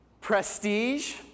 ...prestige